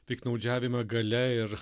piktnaudžiavimą galia ir